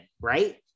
right